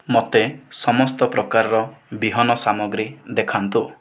ମୋତେ ସମସ୍ତ ପ୍ରକାରର ବିହନ ସାମଗ୍ରୀ ଦେଖାନ୍ତୁ